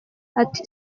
ati